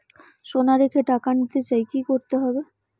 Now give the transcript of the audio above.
সোনা রেখে টাকা নিতে চাই কি করতে হবে?